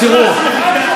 המליאה.)